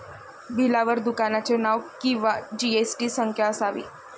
बिलावर दुकानाचे नाव किंवा जी.एस.टी संख्या असावी